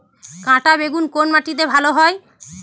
কাঁটা বেগুন কোন মাটিতে ভালো হয়?